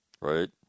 right